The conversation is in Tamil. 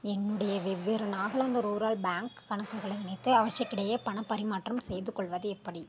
என்னுடைய வெவ்வேறு நாகாலாந்து ரூரல் பேங்க் கணக்குகளை இணைத்து அவற்றுக்கிடையே பணப் பரிமாற்றம் செய்துகொள்வது எப்படி